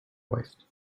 wife